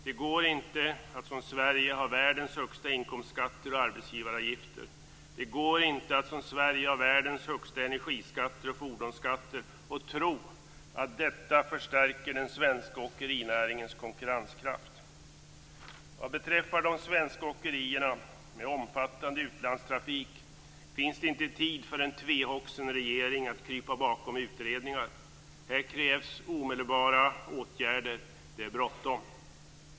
Det går inte att som Sverige ha världens högsta inkomstskatter och arbetsgivaravgifter. Det går inte att som Sverige ha världens högsta energiskatter och fordonsskatter och tro att detta förstärker den svenska åkerinäringens konkurrenskraft. Vad beträffar de svenska åkerierna med omfattande utlandstrafik finns det inte tid för en tvehågsen regering att krypa bakom utredningar. Här krävs omedelbara åtgärder. Det är bråttom.